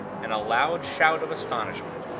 and a loud shout of astonishment.